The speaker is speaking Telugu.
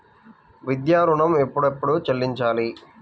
విద్యా ఋణం ఎప్పుడెప్పుడు చెల్లించాలి?